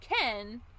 Ken